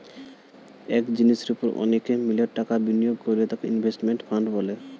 এক জিনিসের উপর অনেকে মিলে টাকা বিনিয়োগ করলে তাকে ইনভেস্টমেন্ট ফান্ড বলে